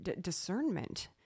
discernment